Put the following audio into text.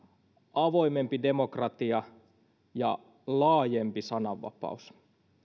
avoimempi demokratia ja laajempi sananvapaus